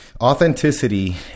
authenticity